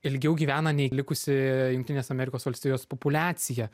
ilgiau gyvena nei likusi jungtinės amerikos valstijos populiacija